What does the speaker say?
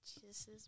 Jesus